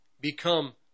become